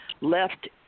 left